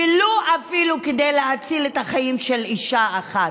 ולו כדי להציל את החיים אפילו של אישה אחת.